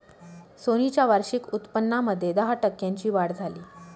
Sony च्या वार्षिक उत्पन्नामध्ये दहा टक्क्यांची वाढ झाली